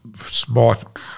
smart